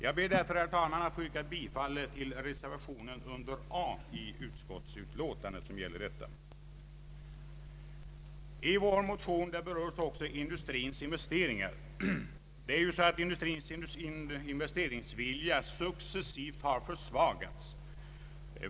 Jag ber därför, herr talman, att få yrka bifall till reservationen under A i utskottsutlåtandet. I vår motion berörs också industrins investeringar. Det är ju så att industrins investeringsvilja successivt har försvagats.